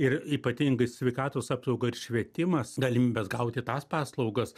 ir ypatingai sveikatos apsauga ir švietimas galimybės gauti tas paslaugas